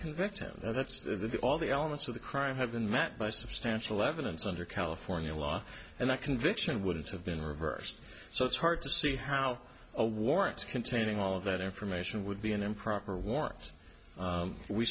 and that's the all the elements of the crime have been met by substantial evidence under california law and that conviction wouldn't have been reversed so it's hard to see how a warrant containing all of that information would be an improper warrants